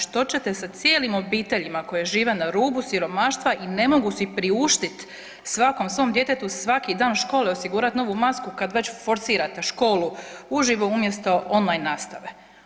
Što ćete sa cijelim obiteljima koje žive na rubu siromaštva i ne mogu si priuštiti svakom svom djetetu svaki dan škole osigurati novu masku kad već forsirate školu uživo umjesto on line nastave?